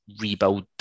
rebuild